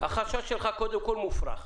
החשש שלך קודם כל מופרך.